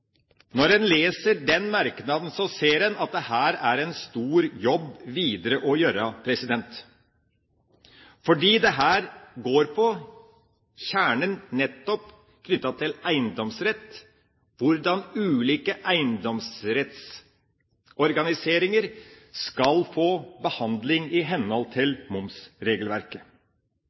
Når en leser den merknaden, ser en at det her er en stor jobb å gjøre, fordi dette går på kjernen av nettopp eiendomsrett, hvordan ulike eiendomsrettsorganiseringer skal få behandling i henhold til momsregelverket.